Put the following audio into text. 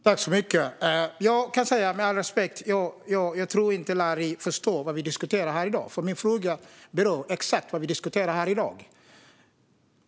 Fru talman! Med all respekt, Larry förstår nog inte vad vi diskuterar här. Min fråga berör nämligen exakt det.